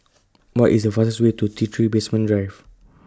What IS The fastest Way to T three Basement Drive